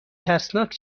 ترسناک